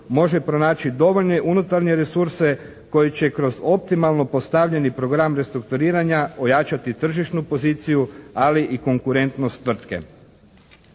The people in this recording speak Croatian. može pronaći dovoljne unutarnje resurse koji će kroz optimalno postavljeni program restrukturiranja ojačati tržišnu poziciju, ali i konkurentnost tvrtke.